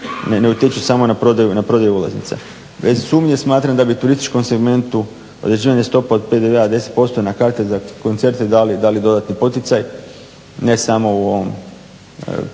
ne utječu samo na prodaju ulaznica. Bez sumnje smatram da bi u turističkom segmentu određivanje stopa od PDV-a 10% na karte za koncerte dali dodatni poticaj ne samo u ovom